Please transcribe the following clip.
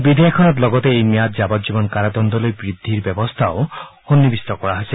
বিধেয়কখনত লগতে এই ম্যাদ যাৱজ্জীৱন কাৰাদণ্ডলৈ বৃদ্ধিৰ ব্যৱস্থা সন্নিৱিষ্ট কৰা হৈছে